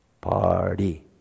Party